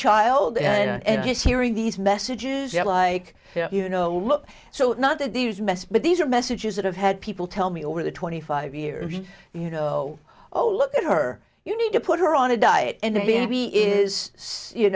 child and he's hearing these messages yeah like you know look so not that these mess but these are messages that have had people tell me over the twenty five years you know oh look at her you need to put her on a diet and